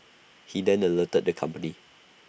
he then alerted the company